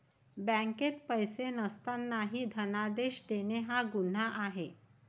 बँकेत पैसे नसतानाही धनादेश देणे हा गुन्हा आहे